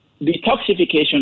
detoxification